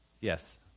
Yes